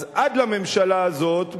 אז עד לממשלה הזאת,